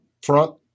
front